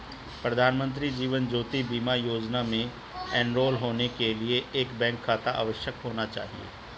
प्रधानमंत्री जीवन ज्योति बीमा योजना में एनरोल होने के लिए एक बैंक खाता अवश्य होना चाहिए